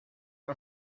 are